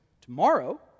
tomorrow